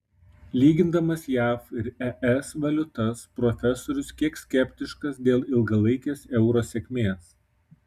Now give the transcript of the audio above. lygindamas jav ir es valiutas profesorius kiek skeptiškas dėl ilgalaikės euro sėkmės